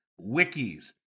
wikis